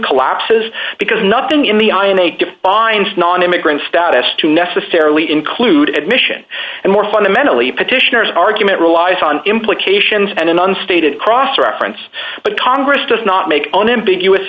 collapses because nothing in the eye in a defiance nonimmigrant status to necessarily include admission and more fundamentally petitioner's argument relies on implications and an unstated cross reference but congress does not make unambiguous